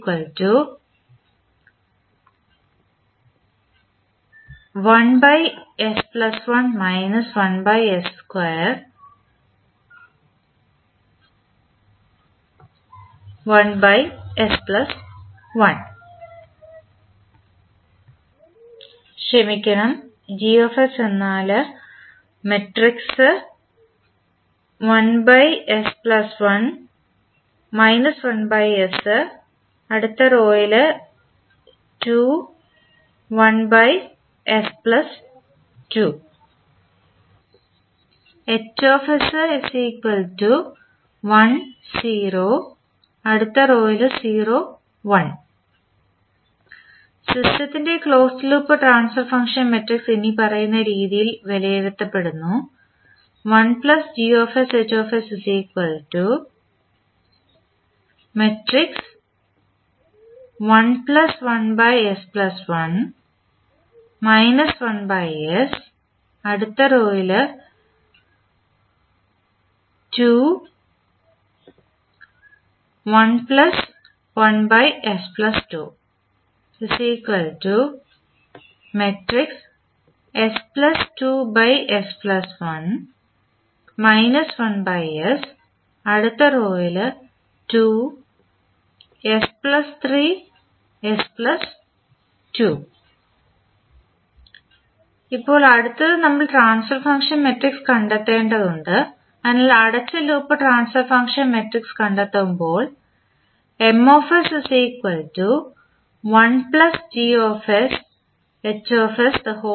അതിനാൽ സിസ്റ്റത്തിൻറെ closed loop transfer function matrix ഇനിപ്പറയുന്ന രീതിയിൽ വിലയിരുത്തപ്പെടുന്നു ഇപ്പോൾ അടുത്തത് നമ്മൾ ട്രാൻസ്ഫർ ഫംഗ്ഷൻ മാട്രിക്സ് കണ്ടെത്തേണ്ടതുണ്ട് അതിനാൽ അടച്ച ലൂപ്പ് ട്രാൻസ്ഫർ ഫംഗ്ഷൻ മാട്രിക്സ് കണ്ടെത്തുമ്പോൾ